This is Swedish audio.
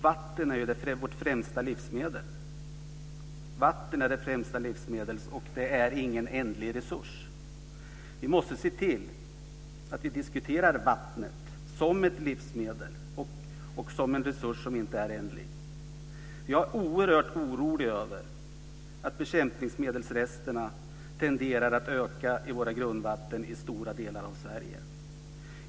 Vatten är ju vårt främsta livsmedel och det är ingen ändlig resurs. Vi måste se till att vi diskuterar vattnet som ett livsmedel och som en resurs som inte är ändlig. Jag är oerhört orolig över att bekämpningsmedelsresterna tenderar att öka i våra grundvatten i stora delar av Sverige.